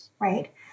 right